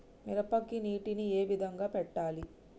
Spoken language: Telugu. మిరపకి నీటిని ఏ విధంగా పెట్టాలి?